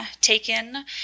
taken